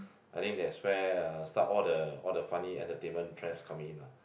I think they spare start all the all the funny entertainment trends come in ah